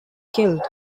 killed